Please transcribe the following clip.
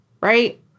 Right